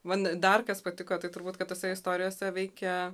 man dar kas patiko tai turbūt kad tose istorijose veikia